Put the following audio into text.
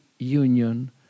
union